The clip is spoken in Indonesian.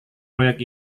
proyek